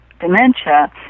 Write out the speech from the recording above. dementia